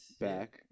back